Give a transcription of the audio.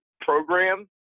program